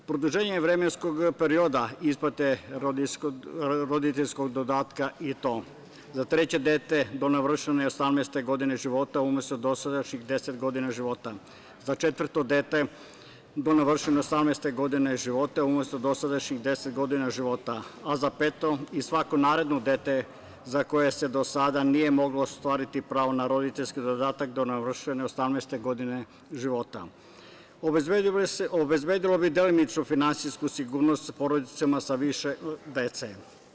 Produženje vremenskog perioda isplata roditeljskog dodatka, i to za treće dete do navršene 18 godine života umesto dosadašnjih 10 godina života, za četvrto dete do navršene 18 godine života umesto dosadašnjih 10 godina života, a za peto i svako naredno dete za koje se do sada nije moglo ostvariti pravo na roditeljski dodatak do navršene 18 godine života, obezbedilo bi delimičnu finansijsku sigurnost porodicama sa više dece.